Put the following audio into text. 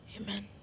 Amen